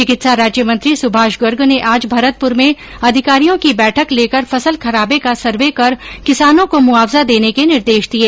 चिकित्सा राज्यमंत्री सुभाष गर्ग ने आज भरतपुर में अधिकारियों की बैठक लेकर फसल खराबे का सर्व कर किसानों को मुआवजा देने के निर्देश दिए